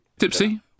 Dipsy